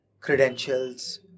credentials